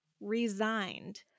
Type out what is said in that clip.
resigned